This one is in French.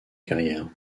carrière